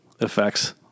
effects